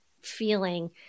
feeling